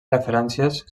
referències